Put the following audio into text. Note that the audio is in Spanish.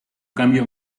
cambio